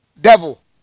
devil